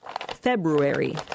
February